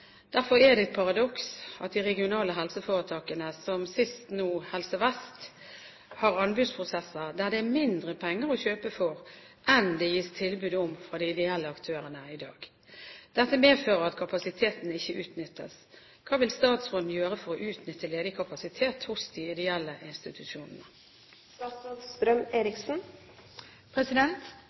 Derfor er det et paradoks at de regionale helseforetakene, som sist nå Helse Vest, har anbudsprosesser der det er mindre penger å kjøpe for enn det gis tilbud om fra de ideelle aktørene. Dette medfører at kapasiteten ikke utnyttes. Hva vil statsråden gjøre for å utnytte ledig kapasitet hos ideelle institusjoner?» De